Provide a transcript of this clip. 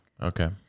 Okay